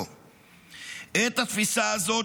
את התפיסה הזאת,